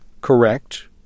correct